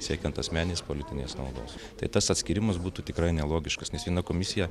siekiant asmeninės politinės naudos tai tas atskyrimas būtų tikrai nelogiškas nes viena komisija